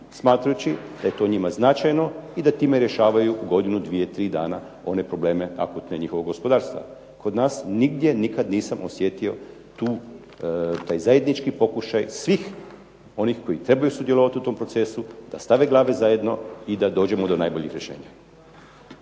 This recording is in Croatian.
smatrajući da je to njima značajno i da time rješavaju u godinu, dvije, tri dana one probleme akutne njihovog gospodarstva. Kod nas nigdje nikad nisam osjetio taj zajednički pokušaj svih onih koji trebaju sudjelovati u tom procesu da stave glave zajedno i da dođemo do najboljeg rješenja.